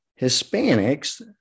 hispanics